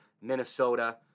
Minnesota